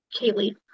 Kaylee